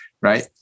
right